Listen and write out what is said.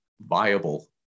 viable